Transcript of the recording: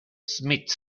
smith